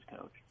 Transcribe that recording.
coach